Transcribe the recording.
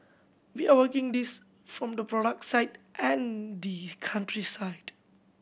we are working this from the product side and the country side